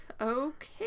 Okay